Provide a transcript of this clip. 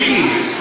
מיקי,